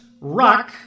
rock